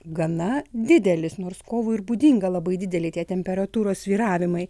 gana didelis nors kovui ir būdinga labai dideli tie temperatūros svyravimai